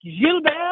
Gilbert